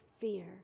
fear